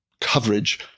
coverage